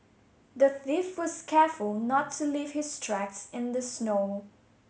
the thief was careful not to leave his tracks in the snow